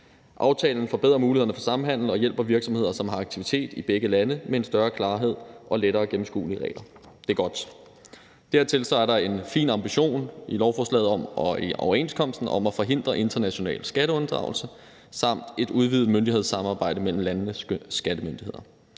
Aftalen forbedrer mulighederne for samhandel og hjælper virksomheder, som har aktivitet i begge lande, med en større klarhed og lettere gennemskuelige regler. Det er godt. Dertil er der en fin ambition i lovforslaget om overenskomsten om at forhindre international skatteunddragelse samt et udvidet myndighedssamarbejde mellem landenes skattemyndigheder.